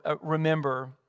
remember